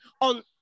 on